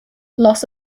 loss